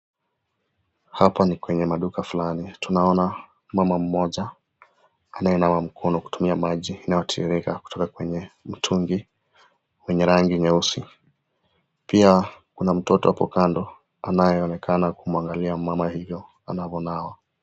Hapa ni kwenye maduka fulani, tunaona mama mmoja anayenawa mkono kutumia maji inayotiririka kutoka kwenye mtungi wenye rangi nyeusi, pia kuna mtoto hapo kando anayeonekana kumwangalia mama hivyo anavyonawa.